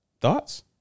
Thoughts